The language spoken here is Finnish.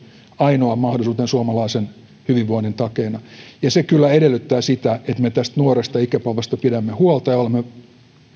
ainoaan mahdollisuuteen suomalaisen hyvinvoinnin takeena se kyllä edellyttää sitä että me tästä nuoresta ikäpolvesta pidämme huolta ja olemme